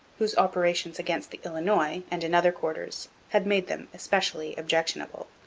whose operations against the illinois and in other quarters had made them especially objectionable.